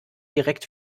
direkt